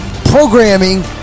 programming